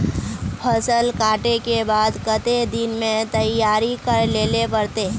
फसल कांटे के बाद कते दिन में तैयारी कर लेले पड़ते?